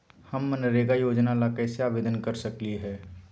हम मनरेगा योजना ला कैसे आवेदन कर सकली हई?